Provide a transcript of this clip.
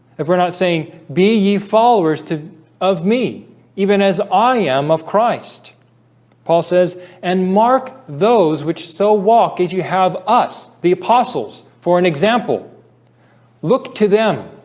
if we're not saying be ye followers to love me even as i am of christ paul says and mark those which so walk is you have us the apostles for an example look to them